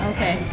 Okay